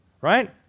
right